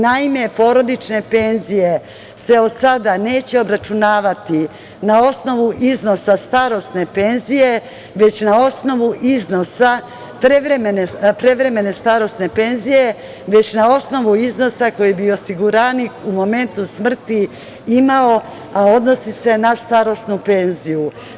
Naime, porodične penzije se od sada neće obračunavati na osnovu iznosa prevremene starosne penzije, već na osnovu iznosa koji bi osiguranik u momentu smrti imao, a odnosi se na starosnu penziju.